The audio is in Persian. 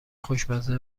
خوشمزه